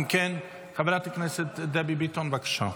אם כן, חברת הכנסת דבי ביטון, בבקשה.